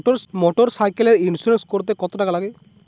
মোটরসাইকেলের ইন্সুরেন্স করতে কত টাকা লাগে?